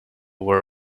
were